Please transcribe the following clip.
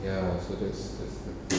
ya so that's that's the thing